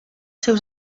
seus